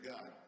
God